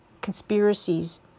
conspiracies